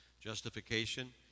Justification